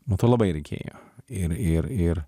man to labai reikėjo ir ir ir